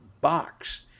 box